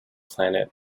planet